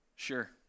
Sure